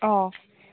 অ